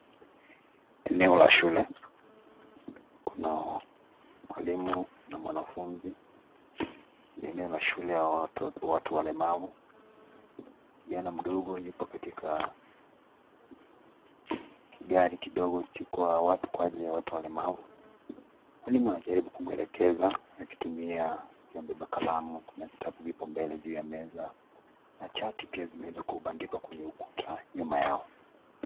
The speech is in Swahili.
Eneo la shule , kuna mwalimu na mwanafunzi . Ni eneo la shule ya watu walemavu , kijana mdogo yupo katika kigari kidogo hicho kwa ajili ya watu walemavu . Mwalimu anajaribu kumwelekeza akitumia, akiwa amebeba kalamu, kuna kitabu kiko mbele juu ya meza. Na chati pia zimeweza kubandikwa kwenye ukuta nyuma yao.